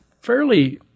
fairly